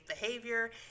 behavior